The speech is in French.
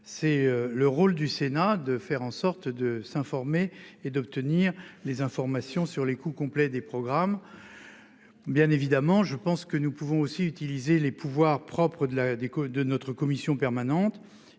c'est le rôle du sénat de faire en sorte de s'informer et d'obtenir les informations sur les coûts complets des programmes. Bien évidemment, je pense que nous pouvons aussi utiliser les pouvoirs propres de la déco de notre commission permanente